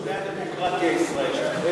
זאת הדמוקרטיה הישראלית.